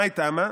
מאי טעמא,